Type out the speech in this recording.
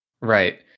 Right